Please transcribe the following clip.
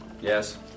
Yes